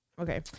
Okay